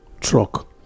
Truck